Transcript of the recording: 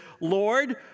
Lord